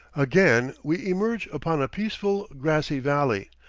again, we emerge upon a peaceful grassy valley,